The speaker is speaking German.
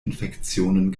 infektionen